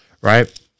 right